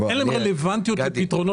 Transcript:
אין להם רלוונטיות לפתרונות.